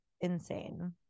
insane